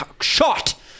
shot